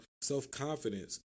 self-confidence